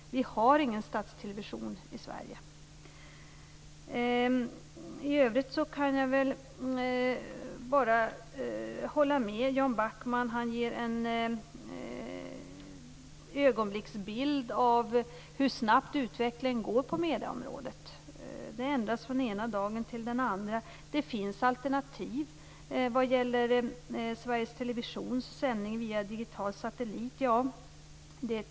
Vi har ingen statstelevision i Sverige. I övrigt kan jag hålla med Jan Backman. Han ger en ögonblicksbild av hur snabbt utvecklingen går på medieområdet. Det ändras från den ena dagen till den andra. Det finns alternativ vad gäller Sveriges Televisions sändning via digital satellit.